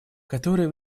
который